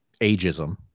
ageism